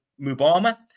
Mubama